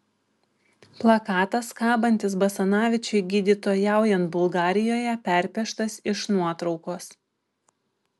plakatas kabantis basanavičiui gydytojaujant bulgarijoje perpieštas iš nuotraukos